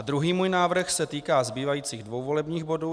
Druhý můj návrh se týká zbývajících dvou volebních bodů.